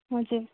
हजुर